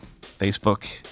Facebook